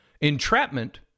Entrapment